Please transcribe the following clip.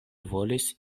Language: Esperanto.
volis